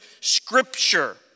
scripture